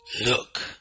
Look